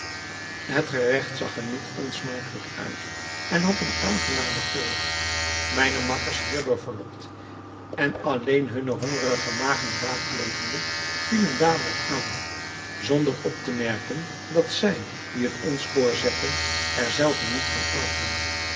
het geregt zag er niet onsmakelijk uit en had een aangenamen geur mijne makkers hierdoor verlokt en alleen hunne hongerige magen raadplegende vielen dadelijk aan zonder op te merken dat zij die het ons voorzetten er zelven niet van aten